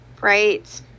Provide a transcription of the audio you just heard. right